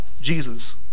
Jesus